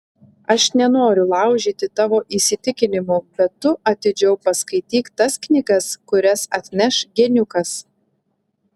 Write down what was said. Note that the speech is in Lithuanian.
aš nenoriu laužyti tavo įsitikinimų bet tu atidžiau paskaityk tas knygas kurias atneš geniukas